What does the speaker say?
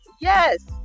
yes